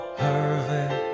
perfect